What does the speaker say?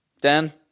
Dan